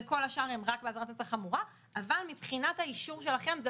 וכל השאר הן רק באזהרת מסע חמורה אבל מבחינת האישור שלכם זה